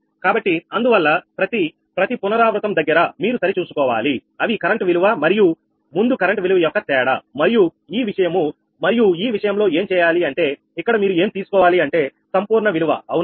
కాబట్టి అందువల్ల ప్రతి పునరావృతం దగ్గర మీరు సరిచూసుకోవాలి అవి కరెంట్ విలువ మరియు ముందు కరెంట్ విలువ యొక్క తేడా మరియు ఈ విషయము మరియు ఈ విషయంలో ఏం చేయాలి అంటే ఇక్కడ మీరు ఏం తీసుకోవాలి అంటే సంపూర్ణ విలువ అవునా